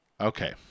Okay